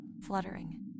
fluttering